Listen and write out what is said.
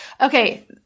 Okay